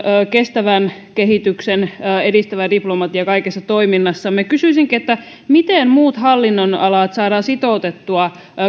kestävän kehityksen edistävä diplomatia kaikessa toiminnassamme kysyisinkin miten muut hallinnonalat saadaan sitoutettua